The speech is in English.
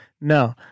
no